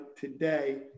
today